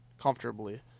comfortably